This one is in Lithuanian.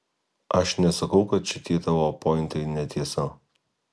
aš nesakau kad šitie tavo pointai netiesa